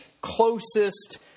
closest